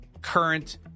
current